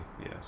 yes